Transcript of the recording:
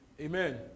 Amen